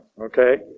okay